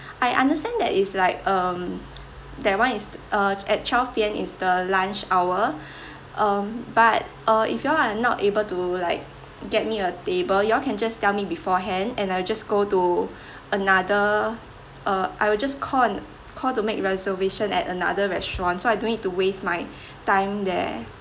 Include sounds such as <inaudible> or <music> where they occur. I understand that is like um that one is uh at twelve P_M is the lunch hour <breath> um but uh if y'all are not able to like get me a table you all can just tell me beforehand and I'll just go to <breath> another uh I will just call call to make reservation at another restaurant so I don't need to waste my time there